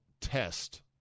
test